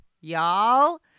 y'all